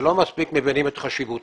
שלא מספיק מבינים את חשיבותו,